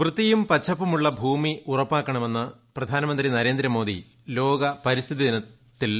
വൃത്തിയും പച്ചപ്പുമുള്ള ഭൂമി ഉറപ്പാക്കണമെന്ന് പ്രധാനമന്ത്രി നരേന്ദ്രമോദി ലോക പരിസ്ഥിതി ദിനത്തിൽ ആഹ്വാനം ചെയ്തു